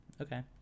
okay